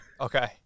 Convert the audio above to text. okay